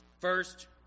First